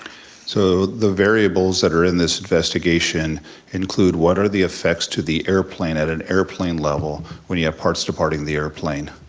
so the variables that are in this investigation include what at the effects to the airplane at an airplane level when you have parts departing the airplane,